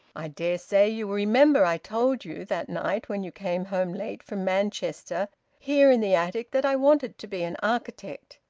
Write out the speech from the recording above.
i dare say you will remember i told you that night when you came home late from manchester here in the attic that i wanted to be an architect.